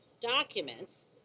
documents